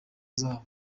zabo